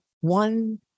one